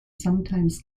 sometimes